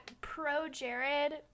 pro-Jared